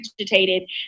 agitated